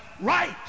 right